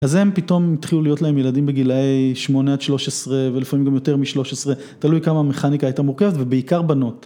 אז הם פתאום התחילו להיות להם ילדים בגילאי 8 עד 13 ולפעמים גם יותר מ-13, תלוי כמה המכניקה הייתה מורכבת ובעיקר בנות.